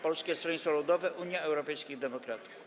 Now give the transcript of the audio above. Polskie Stronnictwo Ludowe - Unia Europejskich Demokratów.